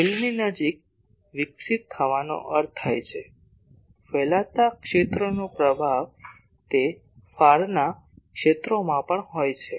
ફિલ્ડની નજીક વિકસિત થવાનો અર્થ થાય છે ફેલાતા ક્ષેત્રોનો પ્રભાવ તે ફારના ક્ષેત્રોમાં પણ હોય છે